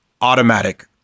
automatic